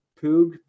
poog